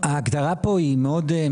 ההגדרה פה היא מאוד,